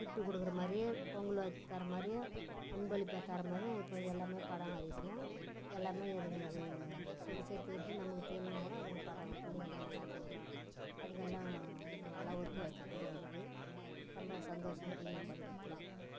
gift கொடுக்குற மாதிரியே பொங்கல் வாழ்த்து தர்ற மாரியும் அன்பளிப்பாக தர்ற மாதிரியும் இப்போ எல்லாமே படம் வரையுதுங்க எல்லாமே அதுங்களுக்கு சொகுசு ஏற்றி ஏற்றி நமக்கு தெரிலன்னா கூட அதுங்க படம் பிள்ளைங்கெல்லாம் நல்லா கேட்கும் அதுங்கெல்லாம் நல்லா ஒத்துழைப்பு பிள்ளைங்களுக்கு ரொம்ப சந்தோஷம் பிள்ளைங்கள் படிக்கிறதெல்லாம்